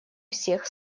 всех